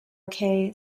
okay